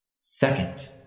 second